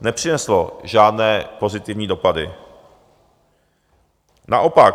nepřineslo žádné pozitivní dopady, naopak.